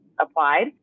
applied